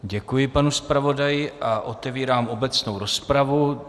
Děkuji panu zpravodaji a otevírám obecnou rozpravu.